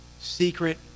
secret